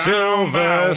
Silver